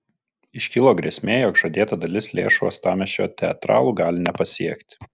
iškilo grėsmė jog žadėta dalis lėšų uostamiesčio teatralų gali nepasiekti